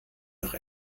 noch